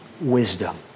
wisdom